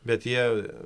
bet jie